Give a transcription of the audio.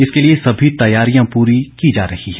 इसके लिए सभी तैयारियां पूरी की जा रही हैं